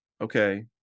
Okay